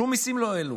שום מיסים לא העלו,